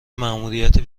ماموریت